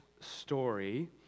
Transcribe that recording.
story